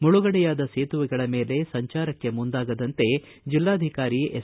ಮುಳುಗಡೆಯಾದ ಸೇತುವೆಗಳ ಮೇಲೆ ಸಂಚಾರಕ್ಕೆ ಮುಂದಾಗದಂತೆ ಜಿಲ್ಲಾಧಿಕಾರಿ ಎಸ್